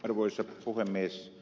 arvoisa puhemies